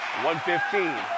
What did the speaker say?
115